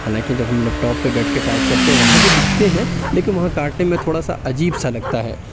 حالانکہ جب ہم لیپ ٹاپ پہ بیٹھ کے ٹائپ کرتے ہیں وہاں بھی لکھتے ہیں لیکن وہاں کاٹنے میں تھوڑا سا عجیب سا لگتا ہے